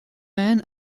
men